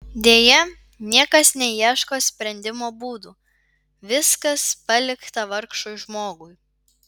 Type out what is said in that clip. deja niekas neieško sprendimo būdų viskas palikta vargšui žmogui